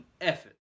effort